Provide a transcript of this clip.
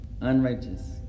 Unrighteous